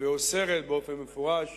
ואוסרת במפורש